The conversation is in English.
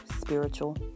spiritual